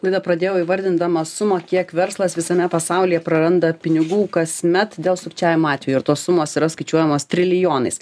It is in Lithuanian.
laidą pradėjau įvardindama sumą kiek verslas visame pasaulyje praranda pinigų kasmet dėl sukčiavimo atvejų ir tos sumos yra skaičiuojamas trilijonais